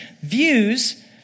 views